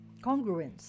congruence